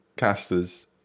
Casters